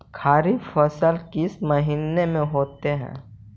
खरिफ फसल किस महीने में होते हैं?